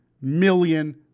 million